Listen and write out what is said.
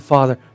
Father